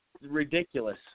ridiculous